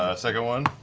ah second one